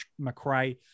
McRae